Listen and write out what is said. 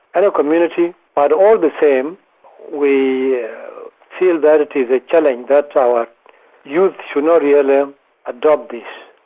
and community. but all the same we feel that it is a challenge that our youth should not really adopt this.